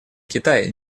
китай